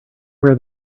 where